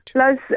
Plus